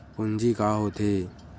पूंजी का होथे?